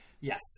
Yes